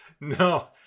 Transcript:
No